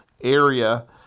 area